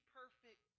perfect